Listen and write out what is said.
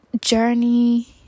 journey